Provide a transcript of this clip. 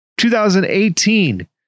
2018